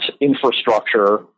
infrastructure